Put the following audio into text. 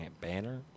banner